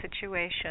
situation